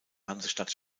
hansestadt